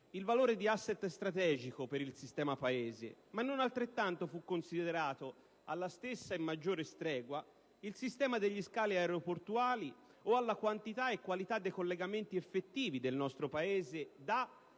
il valore di *asset* strategico per il sistema Paese, ma non altrettanto fu considerato, alla stessa e maggiore stregua il sistema degli scali aeroportuali o la quantità e la qualità dei collegamenti effettivi del nostro Paese, da